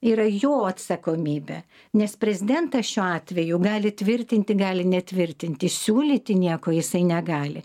yra jo atsakomybė nes prezidentas šiuo atveju gali tvirtinti gali netvirtinti siūlyti nieko jisai negali